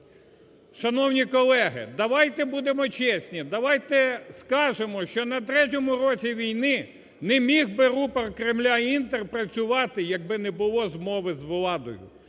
Шановні колеги, давайте будемо чесні, давайте скажемо, що на третьому році війни не міг би рупор Кремля "Інтер" працювати, якби не було змови з владою,